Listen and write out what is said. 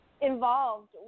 involved